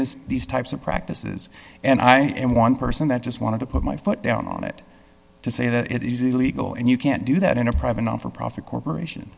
this these types of practices and i am one person that just wanted to put my foot down on it to say that it is illegal and you can't do that in a private non for profit corporation